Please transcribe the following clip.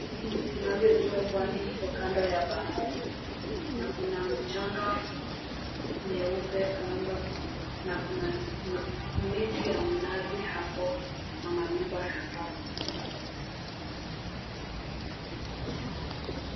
Tunavyojua pwani iko kando ya bahari na kuna mchanga nyeupe kando na kuna miti ya mnazi hapo na manyumba ziko.